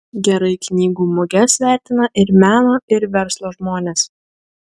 gerai knygų muges vertina ir meno ir verslo žmonės